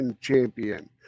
Champion